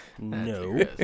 No